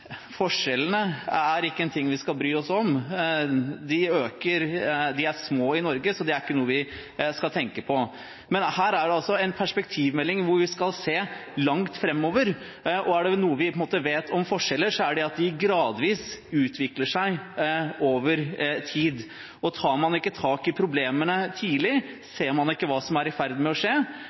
forskjellene ikke er en ting vi skal bry oss om, de er små i Norge, så de er ikke noe vi skal tenke på. Men her er det altså en perspektivmelding hvor vi skal se langt framover, og er det noe vi vet om forskjeller, er det at de utvikler seg gradvis over tid. Tar man ikke tak i problemene tidlig, og ser man ikke hva som er i ferd med å skje,